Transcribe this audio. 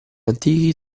antichi